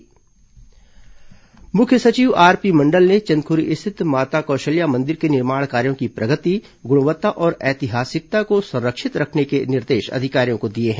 मुख्य सचिव समीक्षा मुख्य सचिव आरपी मंडल ने चंदखुरी स्थित माता कौशल्या मंदिर के निर्माण कार्यो की प्रगति गुणवत्ता और ऐतिहासिकता को संरक्षित करने के निर्देश अधिकारियों को दिए हैं